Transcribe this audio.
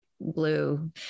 blue